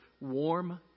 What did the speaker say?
warm